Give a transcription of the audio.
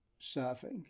surfing